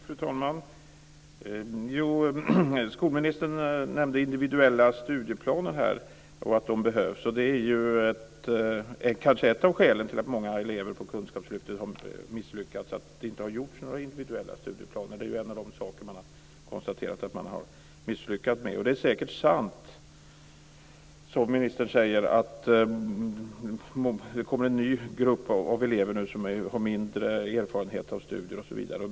Fru talman! Skolministern nämnde individuella studieplaner och sade att de behövs. Ett av skälen till att många elever på kunskapslyftet har misslyckats är kanske att det inte har gjorts några individuella studieplaner. Det är ju en av de saker som man har misslyckats med. Det är säkert sant som ministern säger att det kommer en ny grupp elever nu som har mindre erfarenhet av studier.